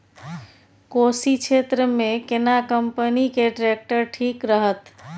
कोशी क्षेत्र मे केना कंपनी के ट्रैक्टर ठीक रहत?